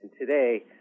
today